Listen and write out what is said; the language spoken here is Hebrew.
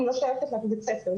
והיא לא שייכת לבית הספר.